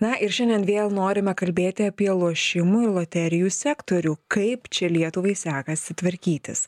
na ir šiandien vėl norime kalbėti apie lošimų ir loterijų sektorių kaip čia lietuvai sekasi tvarkytis